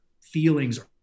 feelings